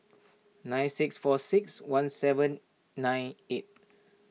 nine six four six one seven nine eight